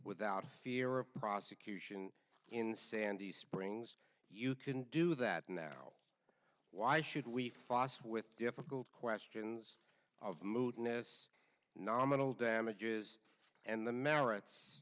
without fear of prosecution in sandy springs you can do that now why should we foss with difficult questions of mootness nominal damages and the merits